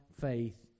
faith